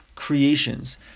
Creations